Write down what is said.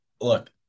look